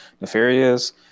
nefarious